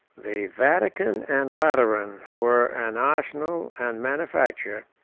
the vatican and lateran were an arsenal and manufacture,